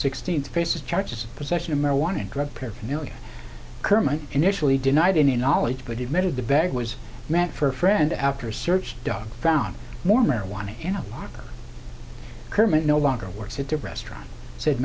sixteenth faces charges possession of marijuana and drug paraphernalia kerman initially denied any knowledge but he admitted the bag was meant for a friend after search dogs found more marijuana you know kermit no longer works at the restaurant said